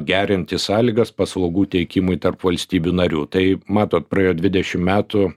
gerinti sąlygas paslaugų teikimui tarp valstybių narių tai matot praėjo dvidešim metų